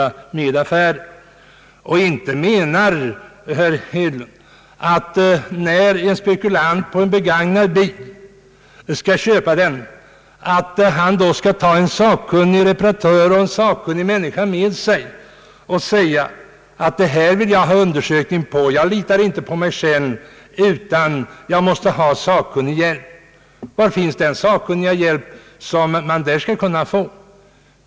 Herr Hedlund lär väl inte heller mena att en spekulant på en begagnad bil skall ta med sig sakkunniga personer för att få bilen undersökt då han inte litar på sitt eget omdöme. Var finns den sakkunskapen att få i sådana fall?